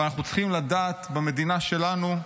אבל אנחנו צריכים לדעת במדינה שלנו,